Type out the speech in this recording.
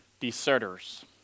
deserters